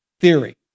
theory